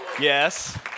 Yes